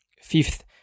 fifth